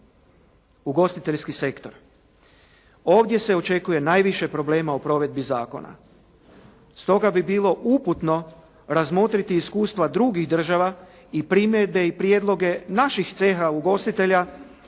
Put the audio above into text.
Ugostiteljski sektor, ovdje se očekuje najviše problema u provedbi zakona. Stoga bi bilo uputno razmotriti iskustva drugih država i primjedbe i prijedloge naših ceha ugostitelja